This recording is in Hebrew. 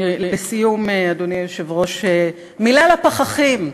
לסיום, אדוני היושב-ראש, מילה לפחחים.